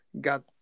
got